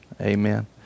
Amen